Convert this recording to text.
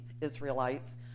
Israelites